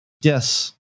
Yes